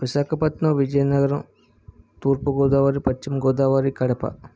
విశాఖపట్టణం విజయనగరం తూర్పు గోదావరి పశ్చిమ గోదావరి కడప